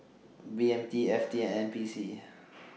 B M T F T and N P C